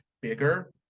bigger